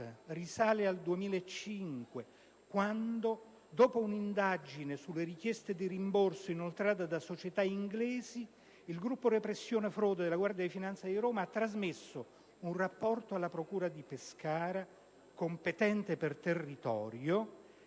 risale al 2005, quando, dopo un'indagine sulle richieste di rimborso inoltrate da società inglesi, il nucleo repressione frodi della Guardia di finanza di Roma trasmise un rapporto alla procura di Pescara, competente per territorio,